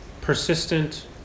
persistent